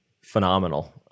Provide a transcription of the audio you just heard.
phenomenal